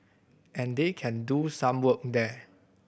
and they can do some work there